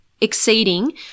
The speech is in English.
exceeding